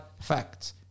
facts